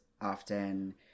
often